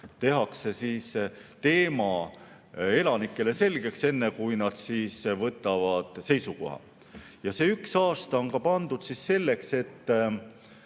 tehakse teema elanikele selgeks enne, kui nad siis võtavad seisukoha. Ja see üks aasta on pandud ka selleks, et